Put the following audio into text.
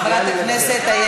היא מפריעה לי לדבר.